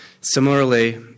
Similarly